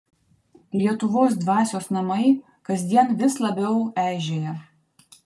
lietuvos dvasios namai kasdien vis labiau eižėja